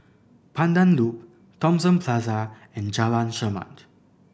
Pandan Loop Thomson Plaza and Jalan Chermat